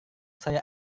saya